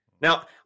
Now